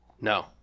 No